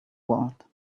world